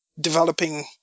developing